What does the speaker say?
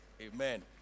Amen